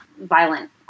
Violent